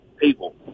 people